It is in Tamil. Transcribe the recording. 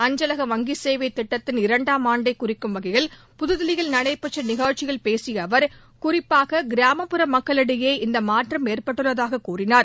அஞ்சலக வங்கி சேவை திட்டத்தின் இரண்டாம் ஆண்டை குறிக்கும் வகையில் புதுதில்லியில் நடைபெற்ற நிகழ்ச்சியில் பேசிய அவர் குறிப்பாக கிராமப்புற மக்களிடையே இந்த மாற்றம் ஏற்பட்டுள்ளதாக கூறினார்